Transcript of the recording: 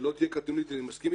שלא תהיה קטנונית, אני מסכים.